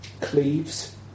Cleves